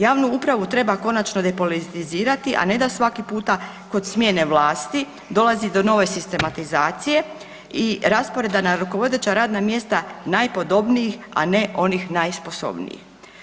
Javnu upravu treba konačno depolitizirati, a ne da svaki puta kod smjene vlasti dolazi do nove sistematizacije i rasporeda na rukovodeća radna mjesta najpodobnijih, a ne onih najsposobnijih.